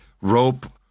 rope